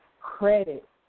credit